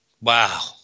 Wow